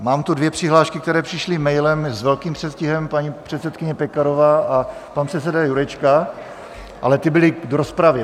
Mám tu dvě přihlášky, které přišly mailem s velkým předstihem, paní předsedkyně Pekarová a pan předseda Jurečka, ale ty byly k rozpravě.